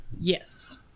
Yes